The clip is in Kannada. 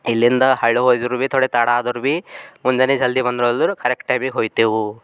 ಇಲ್ಲಿಂದ ಹಳ್ಳಿಗೆ ಹೋದ್ರೂ ಭೀ ತೊಡೆ ತಡ ಆದ್ರು ಭಿ ಮುಂಜಾನೆ ಜಲ್ದಿ ಬಂದರೂ ಅಂದ್ರೆ ಕರೆಕ್ಟ್ ಟೈಮಿಗೆ ಹೋಗ್ತೇವೆ